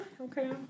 Okay